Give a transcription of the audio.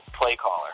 play-caller